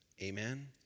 Amen